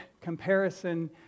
comparison